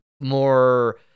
more